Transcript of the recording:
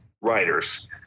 writers